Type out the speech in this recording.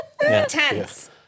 Tense